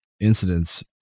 incidents